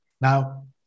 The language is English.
Now